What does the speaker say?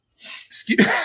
excuse